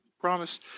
Promise